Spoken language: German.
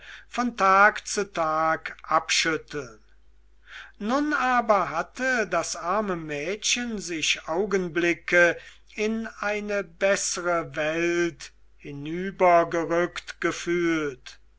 von tag zu tage abschütteln nun aber hatte das arme mädchen sich augenblicke in eine bessere welt hinübergerückt gefühlt